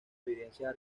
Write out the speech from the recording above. evidencias